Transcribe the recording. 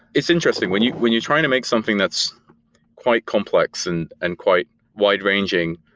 is interesting. when you're when you're trying to make something that's quite complex and and quite wide-ranging,